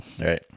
Right